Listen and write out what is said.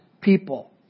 people